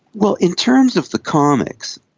well, in terms of the comics,